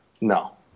no